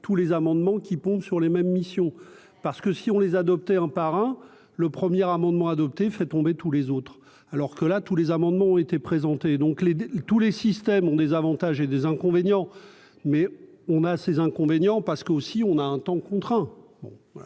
tous les amendements qui pompe sur les mêmes missions parce que si on les adoptait un parrain, le premier amendement adopté fait tomber tous les autres alors que là, tous les amendements ont été présentées, donc les tous les systèmes ont des avantages et des inconvénients, mais on a ses inconvénients, parce qu'aussi on a un temps contraint.